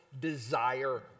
desire